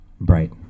bright